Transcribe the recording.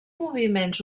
moviments